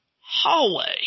hallway